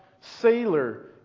sailor